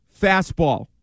fastball